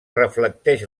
reflecteix